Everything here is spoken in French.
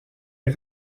les